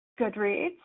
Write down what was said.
Goodreads